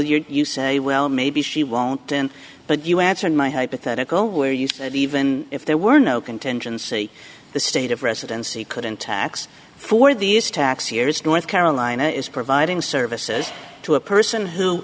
don't you say well maybe she won't and but you answered my hypothetical we're used even if there were no contingency the state of residency couldn't tax for these tax years north carolina is providing services to a person who